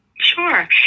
Sure